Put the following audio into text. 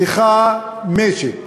סליחה, משק.